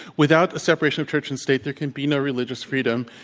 without a separation of church and state, there can be no religious freedom.